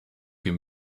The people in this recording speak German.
wir